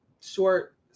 short